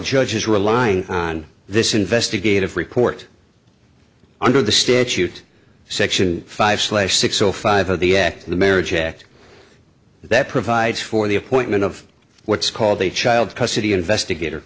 judge is relying on this investigative report under the statute section five slaves six zero five of the act the marriage act that provides for the appointment of what's called a child custody investigator